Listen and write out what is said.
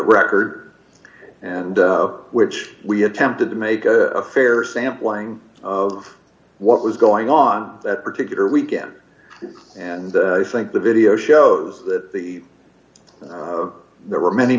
record and which we attempted to make a fair sampling of what was going on that particular weekend and i think the video shows that the there were many